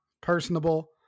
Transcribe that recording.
personable